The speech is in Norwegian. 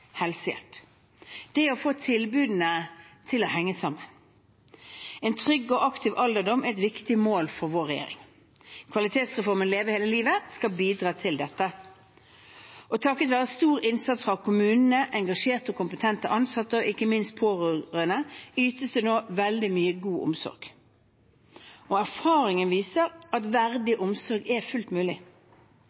helsehjelp og det å få tilbudene til å henge sammen. En trygg og aktiv alderdom er et viktig mål for vår regjering. Kvalitetsreformen Leve hele livet skal bidra til dette. Takket være stor innsats fra kommunene, engasjerte og kompetente ansatte og ikke minst pårørende ytes det nå veldig mye god omsorg. Erfaringen viser at verdig omsorg er fullt mulig.